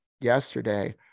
yesterday